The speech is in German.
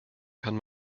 kann